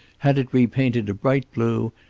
had it repainted a bright blue,